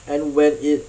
and when it